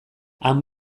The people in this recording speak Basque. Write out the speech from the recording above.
han